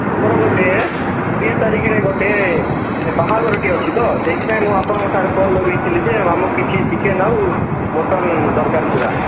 ଆମର ଗୋଟେ କୋଡ଼ିଏ ତାରିଖରେ ଗୋଟେ ମାନେ ବାହାଘରଟିଏ ଅଛି ତ ସେଇଥିପାଇଁ ମୁଁ ଆପଣଙ୍କଠାରେ କଲ୍ ଲଗେଇଥିଲି ଯେ ଆମକୁ କିଛି ଚିକେନ୍ ଆଉ ମଟନ୍ ଦରକାର ଥିଲା